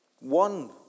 One